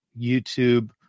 YouTube